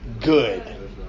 good